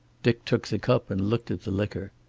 dick took the cup and looked at the liquor.